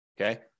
Okay